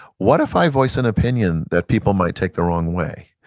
what if i voice an opinion that people might take the wrong way?